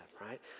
right